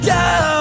go